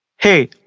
Hey